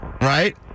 Right